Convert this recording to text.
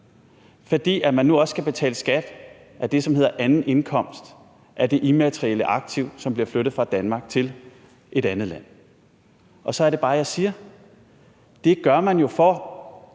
fordi man nu også skal betale skat af det, som hedder anden indkomst af det immaterielle aktiv, som bliver flyttet fra Danmark til et andet land. Og så er det bare jeg siger: Det gør man jo for